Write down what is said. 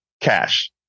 cash